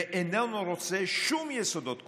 ואיננו רוצה שום יסודות קבועים.